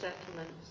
settlements